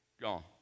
gone